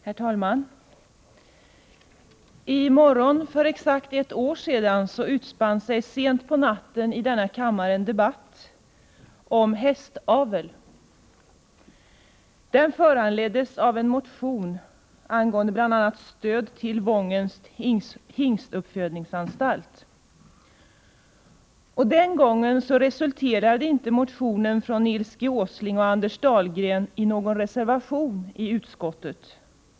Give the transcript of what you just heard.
Herr talman! I morgon för exakt ett år sedan utspann sig sent på natten i denna kammare en debatt om hästavel. Den föranleddes av en motion angående bl.a. stöd till Wångens hingstuppfödningsanstalt. Den gången resulterade inte motionen av Nils Åsling och Anders Dahlgren i någon reservation i utskottet.